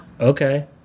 okay